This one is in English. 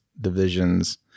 divisions